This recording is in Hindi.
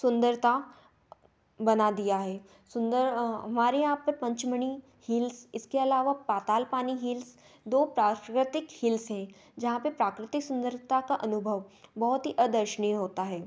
सुंदरता बना दिया है सुन्दर हमारे यहाँ पर पंचमणी हिल्स इसके अलावा पाताल पानी हील्स दो प्राकृतिक हिल्स हैं जहाँ पे प्राकृतिक सुंदरता का अनुभव बहुत ही अदर्शनीय होता है